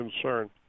concern